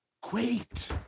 Great